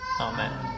Amen